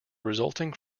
resulting